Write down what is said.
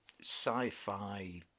sci-fi